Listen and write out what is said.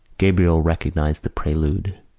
gabriel recognised the prelude.